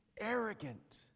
Arrogant